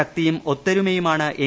ശക്തിയും ഒത്തൊരുമയുമാണ് എൻ